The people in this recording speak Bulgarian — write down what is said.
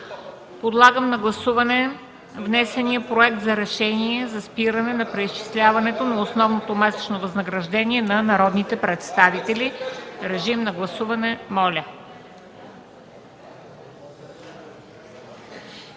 Подлагам на гласуване внесения Проект за решение за спиране на преизчисляването на основното месечно възнаграждение на народните представители. Гласували